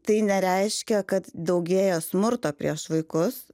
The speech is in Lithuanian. tai nereiškia kad daugėja smurto prieš vaikus